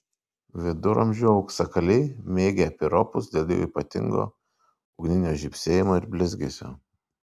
viduramžių auksakaliai mėgę piropus dėl jų ypatingo ugninio žybsėjimo ir blizgesio